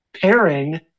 pairing